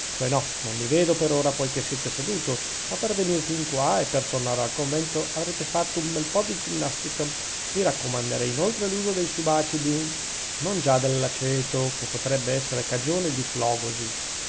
cioè no non li vedo per ora poichè siete seduto ma per venire fin qua e per tornare al convento avrete fatto un bel po di ginnastica vi raccomanderei inoltre l'uso dei subacidi non già dell'aceto che potrebbe esser cagione di